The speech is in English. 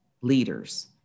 leaders